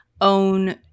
own